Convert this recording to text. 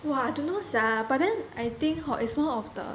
!wah! i don't know sia but then I think hor it's more of the